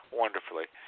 wonderfully